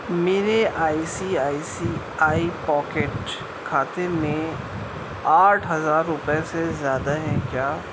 میرے I C I C I pocket کھاتے میں آٹھ ہزار روپئے سے زیادہ ہیں کیا